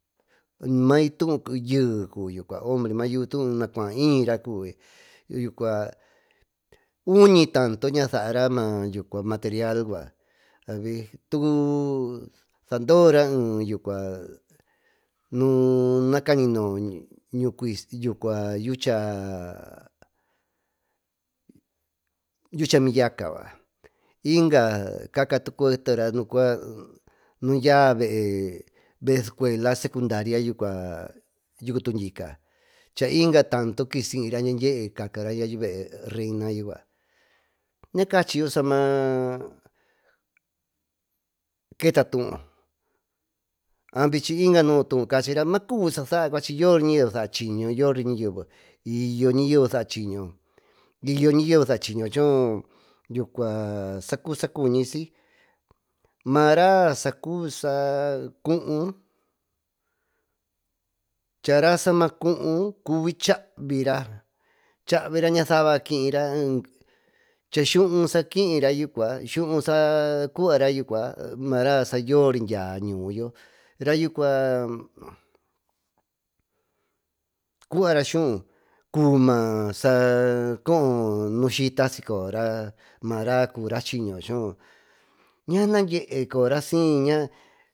Mayuvi tuuye mayuvi tuú hombre na cuaayñira cuvi uñi tanto ña saara ma material yuca doóra yucua nuna cañino ñuú cuisy yucua yucha miyaca yucua inga cacatu cuetera nundyia yeé sucuela secundaria yucua yucutu dyica cha inga tanto kisi siyra dyadyee cacara yuvee reina yucua nacachiyúi sama keta tuú a bychy caachira inga nú tuú maketatuu cuachi yoriña yeve sa saa chiño y yo ñayeve sa saa cuú charaa samacuúcuvi chavira ñasava kiyra ña saba kiyra cha skuú saa kiyra ma raá sayury dya ñuiyl rayu cua cubara skuú sacubi saco nu syita sicoyo mara cubi choo ña nadyee coyoro syiña.